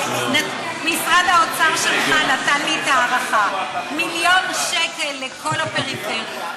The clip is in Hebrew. משרד האוצר שלך נתן לי את ההערכה: מיליון שקל לכל הפריפריה.